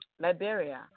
Liberia